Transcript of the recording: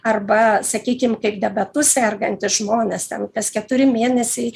arba sakykim kaip diabetu sergantys žmonės ten kas keturi mėnesiai